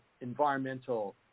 environmental